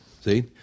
See